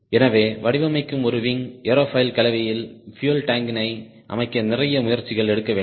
எனவே வடிவமைக்கும் ஒரு விங் ஏரோஃபாயில் கலவையில் பியூயல் டாங்க் யினை அமைக்க நிறைய முயற்சிகள் எடுக்க வேண்டும்